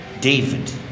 David